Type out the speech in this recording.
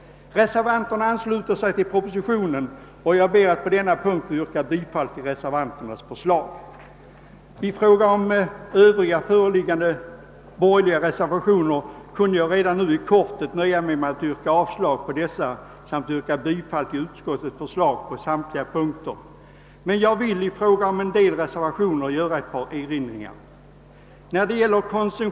sitionens förslag, och jag ber att på denna punkt få yrka bifall till reservationen. I fråga om övriga föreliggande borgerliga reservationer kunde jag nöja mig med att i korthet yrka avslag på dem samt yrka bifall till utskottets förslag. Men jag vill beträffande en del reservationer göra några erinringar.